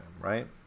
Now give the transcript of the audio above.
Right